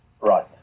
Right